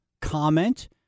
comment